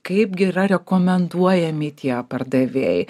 kaip gi yra rekomenduojami tie pardavėjai